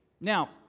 Now